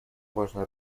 важно